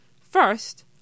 First